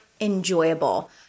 enjoyable